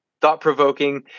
thought-provoking